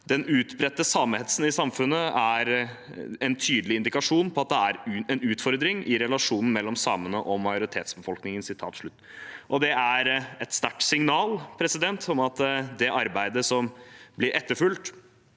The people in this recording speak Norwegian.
Den utbredte samehetsen i samfunnet er en tydelig indikasjon på at det er utfordring i relasjonen mellom samene og majoritetsbefolkningen.» Det er et sterkt signal om at det arbeidet som vil følge